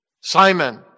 Simon